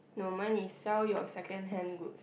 no mine is sell your second hand goods